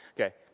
Okay